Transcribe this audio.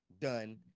done